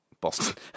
Boston